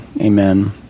Amen